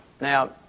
Now